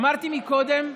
אמרתי קודם,